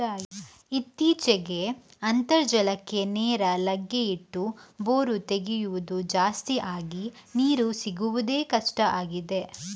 ಇತ್ತೀಚೆಗೆ ಅಂತರ್ಜಲಕ್ಕೆ ನೇರ ಲಗ್ಗೆ ಇಟ್ಟು ಬೋರು ತೆಗೆಯುದು ಜಾಸ್ತಿ ಆಗಿ ನೀರು ಸಿಗುದೇ ಕಷ್ಟ ಆಗಿದೆ